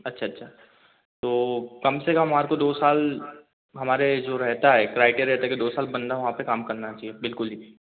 अच्छा अच्छा तो कम से कम मात्र दो साल हमारे जो रहता है क्राइटेरिया रहता कि दो साल बंदा वहाँ पे काम करना चाहिए बिल्कुल जी